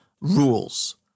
rules